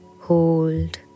Hold